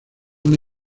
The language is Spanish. una